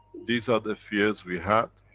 these are the fears we had,